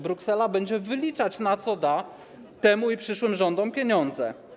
Bruksela będzie wyliczać, na co da temu i przyszłym rządom pieniądze.